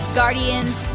guardians